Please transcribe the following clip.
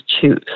choose